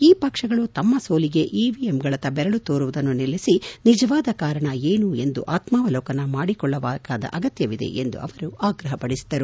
ಈ ಪಕ್ಷಗಳು ತಮ್ನ ಸೋಲಿಗೆ ಇವಿಎಂಗಳತ್ತ ಬೆರಳು ತೋರುವುದನ್ನು ನಿಲ್ಲಿಸಿ ನಿಜವಾದ ಕಾರಣ ಏನು ಎಂದು ಆತ್ಮಾವಲೋಕನ ಮಾಡಿಕೊಳ್ಟಬೇಕಾದ ಅಗತ್ಯವಿದೆ ಎಂದು ಆಗ್ರಹಪಡಿಸಿದರು